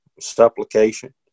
supplication